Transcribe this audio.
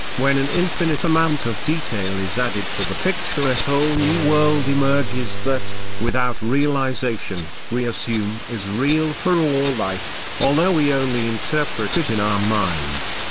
when an infinite amount of detail is added to the picture a whole new world emerges that, without realization, we assume is real for all life, although we only interpret it in our mind.